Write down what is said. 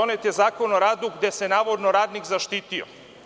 Donet je Zakon o radu gde se navodno radnik zaštitio.